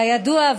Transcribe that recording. כידוע,